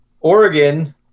Oregon